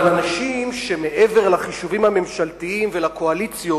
אבל אנשים שמעבר לחישובים הממשלתיים ולקואליציות,